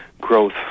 growth